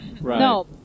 No